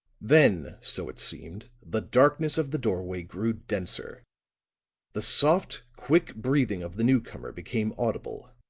then, so it seemed, the darkness of the doorway grew denser the soft, quick breathing of the newcomer became audible